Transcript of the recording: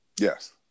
Yes